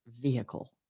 vehicle